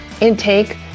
intake